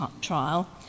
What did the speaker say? trial